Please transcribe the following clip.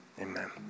Amen